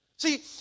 See